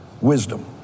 wisdom